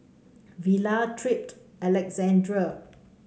Vela Tripp and Alessandra